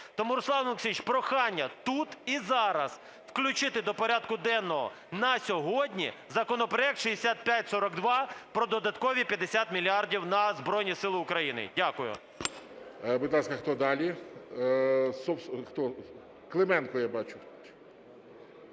Тому, Руслан Олексійович, прохання тут і зараз включити до порядку денного на сьогодні законопроект 6542 про додаткові 50 мільярдів на Збройні Сили України. Дякую. ГОЛОВУЮЧИЙ. Будь ласка, хто далі? Клименко я бачу.